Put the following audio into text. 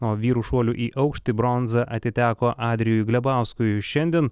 o vyrų šuolių į aukštį bronza atiteko adrijui glebauskui šiandien